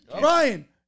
Ryan